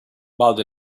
about